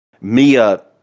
Mia